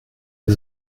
wir